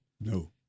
No